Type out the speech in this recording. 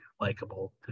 likable